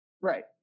Right